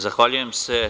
Zahvaljujem se.